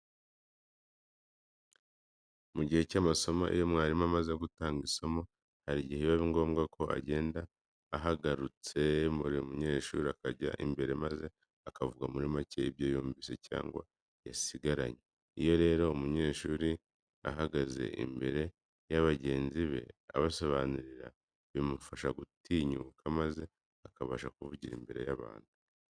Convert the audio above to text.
Mu gihe cy'amasomo iyo mwarimu amaze gutanga isomo, hari igihe biba ngombwa ko agenda ahagurutsa buri munyeshuri akajya imbere maze akavuga muri make ibyo yumvise cyangwa yasigaranye. Iyo rero umunyeshuri ahagaze imbere y'abagenzi be abasobanurira bimufasha gutinyuka maze akabasha kuvugira imbere y'abantu.